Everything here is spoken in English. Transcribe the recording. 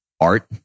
art